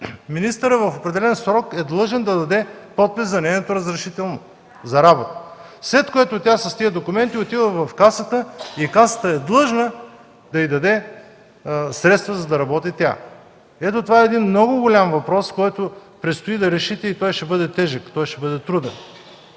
министърът в определен срок е длъжен да даде подпис за нейното разрешително за работа, след което тя с тези документи отива в Касата и Касата е длъжна да й даде средства, за да може тя да работи. Това е много голям въпрос, който предстои да решите. Той ще бъде тежък, ще бъде труден.